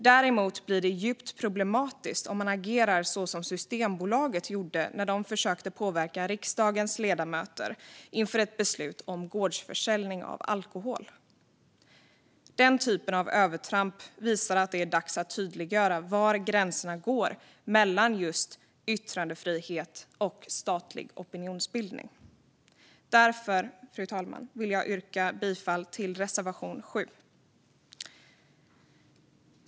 Däremot blir det djupt problematiskt om man agerar som Systembolaget gjorde när de försökte påverka riksdagens ledamöter inför ett beslut om gårdsförsäljning av alkohol. Den typen av övertramp visar att det är dags att tydliggöra var gränserna går mellan yttrandefrihet och statlig opinionsbildning. Därför vill jag yrka bifall till reservation 7. Fru talman!